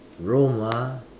Rome ah